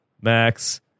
Max